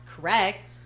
correct